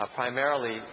primarily